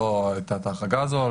לא הייתה ההחרגה הזאת.